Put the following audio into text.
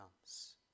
comes